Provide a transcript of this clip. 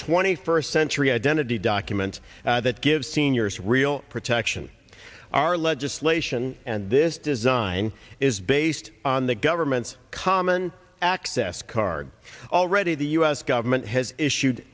twenty first century identity document that give seniors real protection our legislation and this design is based on the government's common access card already the u s government has issued